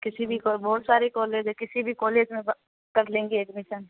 کسی بھی بہت ساری کالج ہے کسی بھی کالج میں کر لیں گے ایڈمیشن